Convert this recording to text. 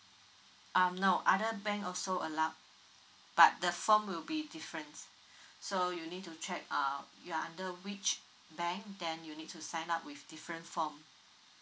um no other bank also allowed but the form will be different so you need to check uh you're under which bank then you need to sign up with different form